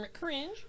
Cringe